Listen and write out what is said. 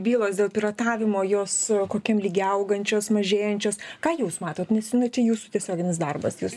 bylos dėl piratavimo jos kokiam lygy augančios mažėjančios ką jūs matot nes nu čia jūsų tiesioginis darbas jūs